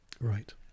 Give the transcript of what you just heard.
Right